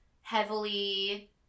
heavily